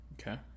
Okay